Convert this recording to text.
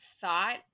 thought